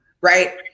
right